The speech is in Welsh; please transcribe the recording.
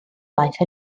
laeth